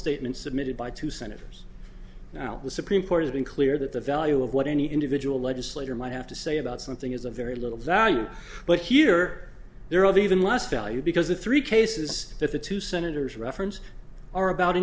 statement submitted by two senators now the supreme court has been clear that the value of what any individual legislator might have to say about something is a very little value but here there of even less value because the three cases that the two senators reference are about